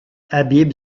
habib